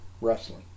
wrestling